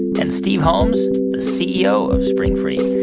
and steve holmes, the ceo of springfree.